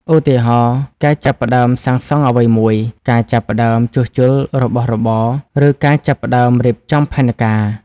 ឧទាហរណ៍ ការចាប់ផ្ដើមសាងសង់អ្វីមួយ ការចាប់ផ្ដើមជួសជុលរបស់របរ ឬការចាប់ផ្ដើមរៀបចំផែនការ។